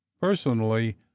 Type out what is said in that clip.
personally